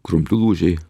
krumplių lūžiai